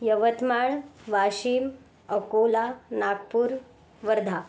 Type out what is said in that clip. Yavatmal Washim Akola Nagpur Wardha